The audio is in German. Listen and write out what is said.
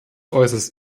äußerst